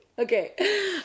Okay